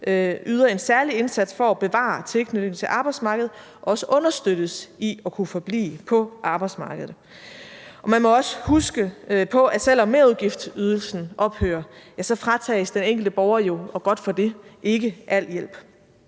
yder en særlig indsats for at bevare tilknytningen til arbejdsmarkedet, også understøttes i at kunne forblive på arbejdsmarkedet. Man må også huske på, at selv om merudgiftsydelsen ophører, fratages den enkelte borger – og godt for det – jo ikke al hjælp.